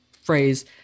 phrase